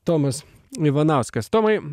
tomas ivanauskas tomai